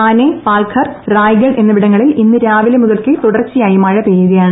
താനെ പാൽഘർ റായ്ഗഡ് എന്നി വിടങ്ങളിൽ ഇന്നു രാവിലെ മുതൽക്കേ തുടർച്ചയായി മഴ പെയ്യുകയാണ്